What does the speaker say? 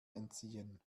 entziehen